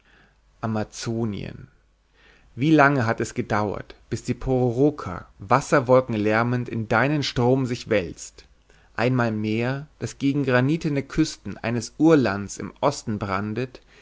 amazonien wie lange hat es gedauert bis die pororoca wasserwolkenlärmend in deinen strom sich wälzt einmal meer das gegen granitene küsten eines urlands im osten brandet